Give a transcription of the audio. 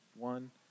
One